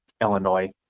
illinois